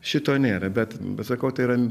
šito nėra bet sakau tai yra